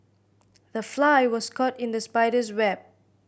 the fly was caught in the spider's web